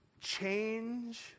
Change